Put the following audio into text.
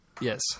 Yes